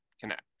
connect